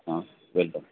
অ welcome